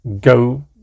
go